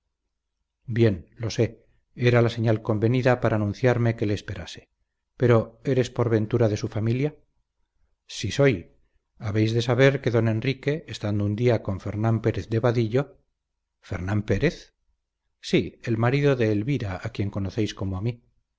bien lo sé era la señal convenida para anunciarme que le esperase pero eres por ventura de su familia sí soy habéis de saber que don enrique estando un día con fernán pérez de vadillo fernán pérez sí el marido de elvira a quien conocéis como a mí